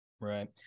Right